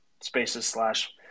spaces/slash